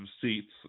seats